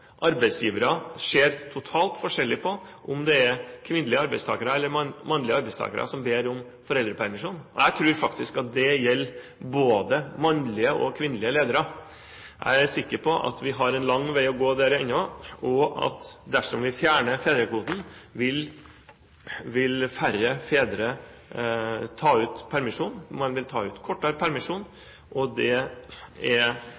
arbeidsgivere ser totalt forskjellig på om det er kvinnelige arbeidstakere eller mannlige arbeidstakere som ber om foreldrepermisjon. Jeg tror faktisk at det gjelder både mannlige og kvinnelige ledere. Jeg er sikker på at vi ennå har en lang vei å gå der. Dersom vi fjerner fedrekvoten, vil færre fedre ta ut permisjon, man vil ta ut kortere permisjon, og det er